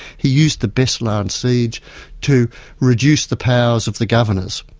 he used the breslan siege to reduce the powers of the governors,